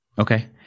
Okay